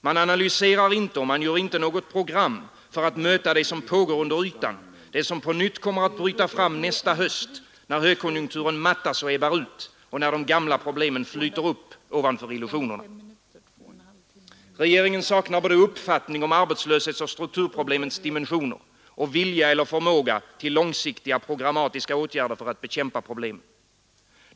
Man analyserar inte, och man gör inte något program för att möta det som pågår under ytan, det som på nytt kommer att bryta fram nästa höst, när högkonjunkturen mattas och ebbar ut och när de gamla problemen flyter upp ovanför illusionerna. Regeringen saknar både uppfattning om arbetslöshetsoch strukturproblemens dimensioner och vilja och förmåga till långsiktiga, programmatiska åtgärder för att bekämpa problemen.